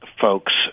folks